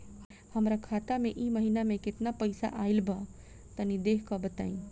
हमरा खाता मे इ महीना मे केतना पईसा आइल ब तनि देखऽ क बताईं?